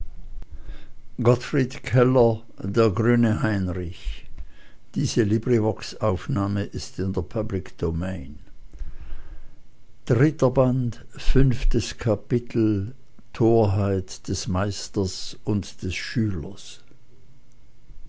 gottfried keller der